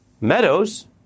Meadows